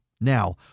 Now